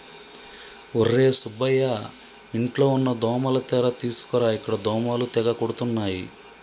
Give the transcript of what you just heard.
ఒర్రే సుబ్బయ్య ఇంట్లో ఉన్న దోమల తెర తీసుకురా ఇక్కడ దోమలు తెగ కుడుతున్నాయి